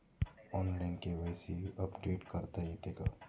Online KYC update करता येते का?